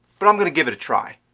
but i'm going to give it a try.